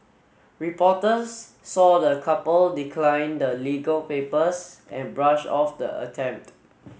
reporters saw the couple decline the legal papers and brush off the attempt